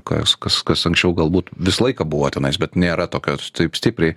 kas kas kas anksčiau galbūt visą laiką buvo tenais bet nėra tokios taip stipriai